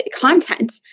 content